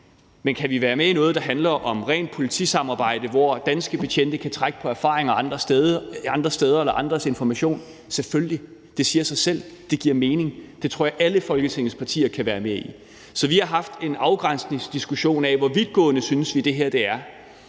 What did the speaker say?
Men kan vi være med i noget, der handler om rent politisamarbejde, hvor danske betjente kan trække på erfaringer andre steder fra eller andres information? Selvfølgelig – det siger sig selv, det giver mening. Det tror jeg alle Folketingets partier kan være med i. Så vi har haft en afgrænsningsdiskussion om, hvor vidtgående vi synes det her er.